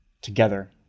Together